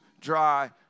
dry